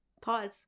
pause